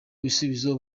ibisubizo